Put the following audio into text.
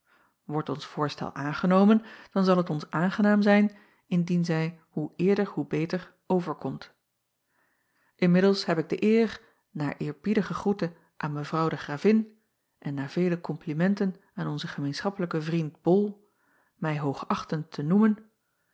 ordt ons voorstel aangenomen dan zal het ons aangenaam zijn indien zij hoe eerder hoe beter overkomt nmiddels heb ik de eer na eerbiedige groete aan evrouw de ravin en na vele komplimenten aan onzen gemeenschappelijken vriend ol mij hoogachtend te noemen